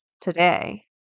today